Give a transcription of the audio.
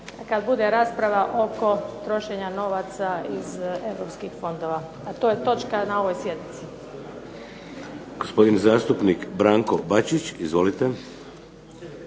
kada bude rasprava oko trošenja novaca iz europskih fondova. A to je točka na ovoj sjednici.